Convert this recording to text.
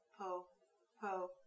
po-po